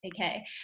Okay